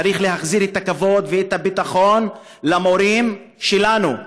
צריך להחזיר את הכבוד ואת הביטחון למורים שלנו,